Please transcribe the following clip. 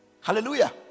Hallelujah